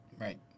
Right